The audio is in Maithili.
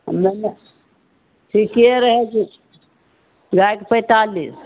नहि नहि ठीके रहै छै गायके पैतालीस